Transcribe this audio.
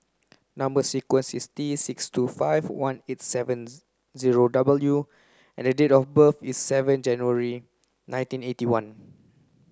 number sequence is T six two five one eight seven zero W and date of birth is seven January nineteen eighty one